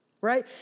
right